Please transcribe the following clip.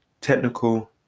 technical